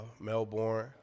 Melbourne